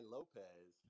Lopez